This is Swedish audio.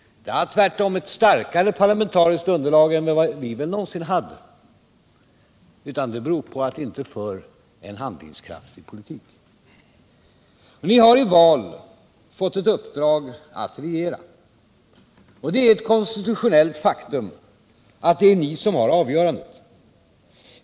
Den har tvärtom ett starkare parlamentariskt underlag än vi väl någonsin hade. Det beror på att den inte för en handlingskraftig politik. Ni har i val fått ert uppdrag att regera. Och det är ett konstitutionellt faktum att det är ni som har avgörandet.